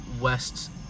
West